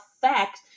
fact